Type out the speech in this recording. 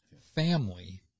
family